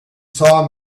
saw